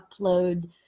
upload